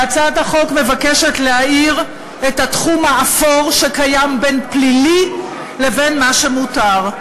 הצעת החוק מבקשת להאיר את התחום האפור שקיים בין פלילי לבין מה שמותר.